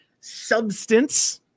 substance